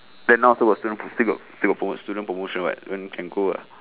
then now also got student prom~ still got still got promo~ student promotion [what] then can go [what]